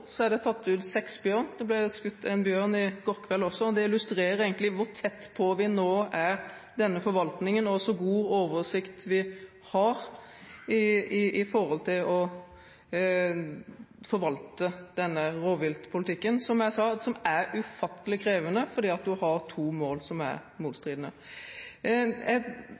så regjeringen bidra til at mer enn de fem eller sju bjørnene som nå er tatt ut, faktisk bli tatt ut? Per nå er det tatt ut seks bjørner – det ble skutt en bjørn i går kveld også. Det illustrerer egentlig hvor tett på vi nå er denne forvaltningen, og så god oversikt vi har med hensyn til å forvalte denne rovviltpolitikken, som jeg sa er ufattelig krevende,